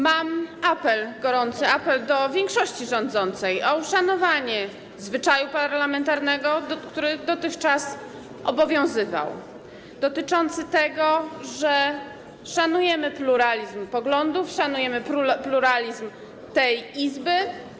Mam apel, gorący apel do większości rządzącej o uszanowanie zwyczaju parlamentarnego, który dotychczas obowiązywał, dotyczący tego, że szanujemy pluralizm poglądów, szanujemy pluralizm tej Izby.